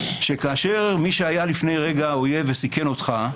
שכאשר מי שהיה לפני רגע אויב וסיכן אותך,